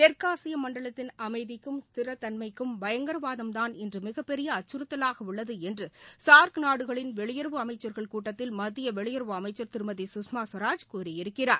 தெற்காசிய மண்டலத்தின் அமைதிக்கும் ஸ்திரத்தன்மைக்கும் பயங்கரவாதம்தான் இன்று மிகப்பெரிய அச்சுறுத்தலாக உள்ளது என்று சார்க் நாடுகளின் வெளியுறவு அமைச்சர்கள் கூட்டத்தில் மத்தியவெளியுறவு அமைச்சர் திருமதி சுஷ்மா சுவராஜ் கூறியிருக்கிறார்